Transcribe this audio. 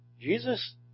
Jesus